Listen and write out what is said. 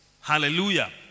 Hallelujah